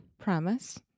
Promise